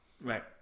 Right